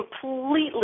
completely